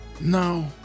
No